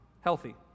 healthy